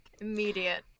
immediate